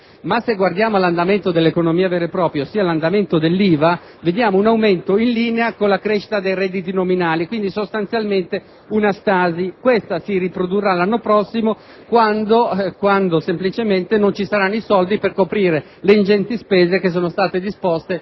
Se guardiamo però all'andamento dell'economia vero e proprio, ossia all'andamento dell'IVA, registriamo un aumento in linea con la crescita dei redditi nominali, quindi in sostanza una stasi, che si riprodurrà l'anno prossimo quando non ci saranno i soldi per coprire le ingenti spese che sono state disposte